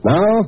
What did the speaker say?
Now